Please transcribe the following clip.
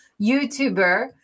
youtuber